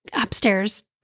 upstairs